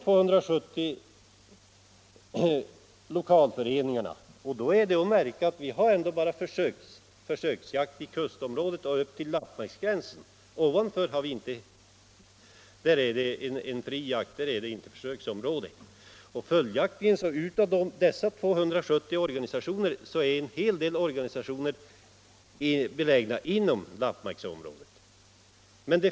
Vidare är att märka att vi har försöksjakt bara i kustområdet upp till lappmarksgränsen — ovanför den är jakten fri — men av dessa 270 föreningar är en hel del belägna inom lappmarksområdet.